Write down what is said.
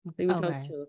okay